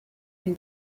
can